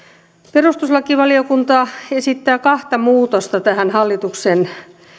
perustuslakivaliokunta esittää kahta muutosta tähän hallituksen